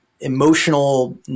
emotional